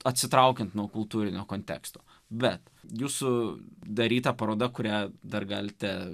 atsitraukiant nuo kultūrinio konteksto bet jūsų daryta paroda kurią dar galite